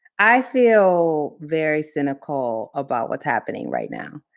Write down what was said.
i feel very cynical about what's happening right now.